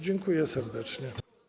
Dziękuję serdecznie.